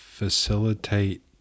facilitate